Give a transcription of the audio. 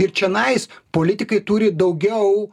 ir čionais politikai turi daugiau